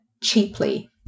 cheaply